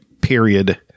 period